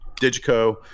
digico